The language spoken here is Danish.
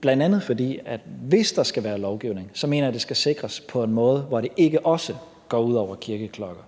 bl.a., at hvis der skal være lovgivning, mener jeg, at det skal sikres på en måde, hvor det ikke også går ud over kirkeklokker.